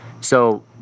So-